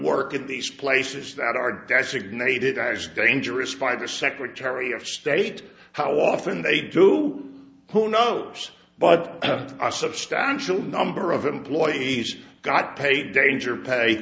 work at these places that are designated as dangerous by the secretary of state how often they do who knows but a substantial number of employees got paid danger pay